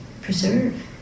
preserve